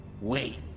Wait